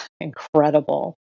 incredible